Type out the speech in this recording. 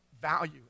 value